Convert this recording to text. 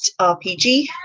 RPG